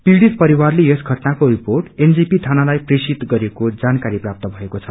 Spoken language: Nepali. पीड़ित पविारले यस घटनाको रिपोेट एनजेपी थानालाई प्रेसित गरेको जानकारी प्राप्त भएको छ